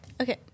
Okay